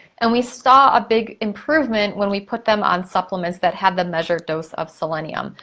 and we saw a big improvement when we put them on supplements that had the measured dose of selenium.